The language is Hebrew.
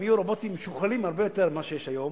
אם יהיו רובוטים משוכללים הרבה יותר ממה שיש היום,